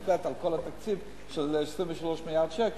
flat על כל התקציב של 23 מיליארד שקלים.